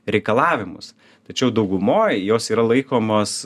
reikalavimus tačiau daugumoj jos yra laikomos